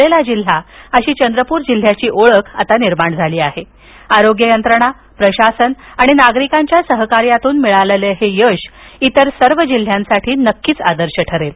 आहेला जिल्हा अशी चंद्रपूर जिल्ह्याची ओळख आता झाली आहे आरोग्य यंत्रणा प्रशासन आणि नागरिकांच्या सहकार्यातून मिळालेलं हे यश इतर सर्व जिल्ह्यांसाठी नक्कीच आदर्श ठरेल